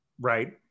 Right